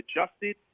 adjusted